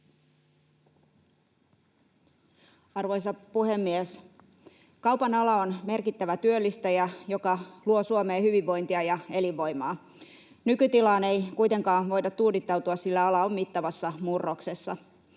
Arvoisa puhemies! Kaupan ala on merkittävä työllistäjä, joka luo Suomeen hyvinvointia ja elinvoimaa. Nykytilaan ei kuitenkaan voida tuudittautua, sillä ala on mittavassa murroksessa.